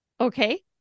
Okay